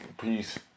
peace